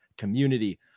community